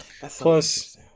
Plus